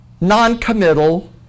Noncommittal